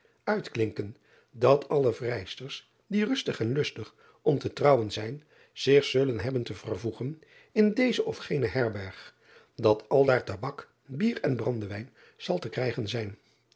uitklinken dat alle vrijsters die rustig en lustig om te trouwen zijn zich zullen hebben te vervoegen in deze of gene herberg dat aldaar tabak bier en brandewijn zal te krijgen zijn